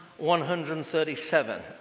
137